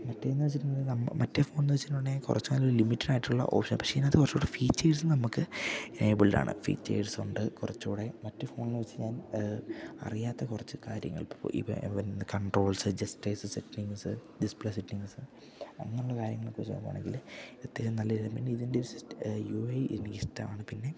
മറ്റേന്ന് വെച്ചിട്ടുണ്ടെങ്ക ന മറ്റേ ഫോൺന്ന് വച്ചിട്ടുണ്ടെ കൊറച്ച് നല്ല ലിമിറ്റഡായിട്ടുള്ള ഓപ്ഷൻ പക്ഷേ ഇതിനകത്ത് കുറച്ചൂടെ ഫീച്ചഴ്സ് നമ്മക്ക് എനേബിൾഡാണ് ഫീച്ചേഴ്സൊണ്ട് കൊറച്ചൂടെ മറ്റ ഫോണന്ന് വെച്ച് ഞാൻ അറിയാത്ത കൊറച്ച് കാര്യങ്ങൾ ഇപ്പോ ഇവ എവൻ controls gestures settings display settings അങ്ങനെയുള്ള കാര്യങ്ങളൊക്കെച്ച് നോക്കുവാണെങ്കില് അത്യാശ്യം നല്ല രീതിമൻ് ഇതിൻ്റെ ഒരു സിസ് യുഐ എനിക്കിഷ്ടമാണ് പിന്നെ